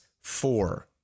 four